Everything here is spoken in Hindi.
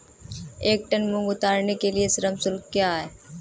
एक टन मूंग उतारने के लिए श्रम शुल्क क्या है?